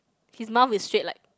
his mouth is straight like